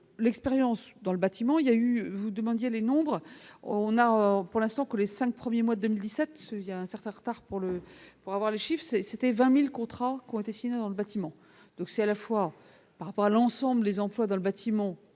L'expérience dans le bâtiment, il y a eu, vous demandiez dénombre on a encore pour l'instant que les 5 premiers mois 2017 il y a un certain retard pour le, pour avoir le chiffre c'est c'était 20000 contrats ont été signés dans le bâtiment, donc c'est à la fois par rapport à l'ensemble des emplois dans le bâtiment,